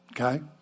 okay